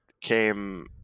came